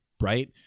right